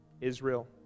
Israel